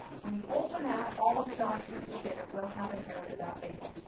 when you open that, all of the documents within it will have inherited that label.